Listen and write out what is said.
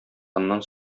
аннан